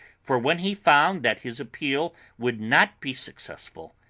for, when he found that his appeal would not be successful,